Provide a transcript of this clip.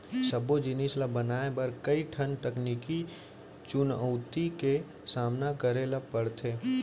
सबो जिनिस ल बनाए बर कइ ठन तकनीकी चुनउती के सामना करे ल परथे